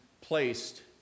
placed